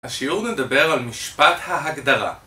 השיעור נדבר על משפט ההגדרה